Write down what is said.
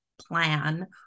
plan